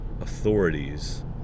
authorities